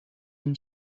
and